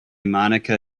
monika